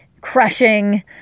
crushing